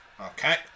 Okay